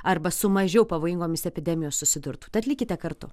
arba su mažiau pavojingomis epidemijom susidurtų tad likite kartu